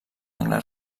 angle